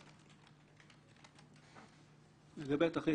לגבי התכלית,